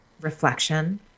Reflection